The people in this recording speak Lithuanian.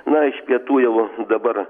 na iš pietų jau dabar